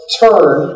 turn